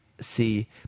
see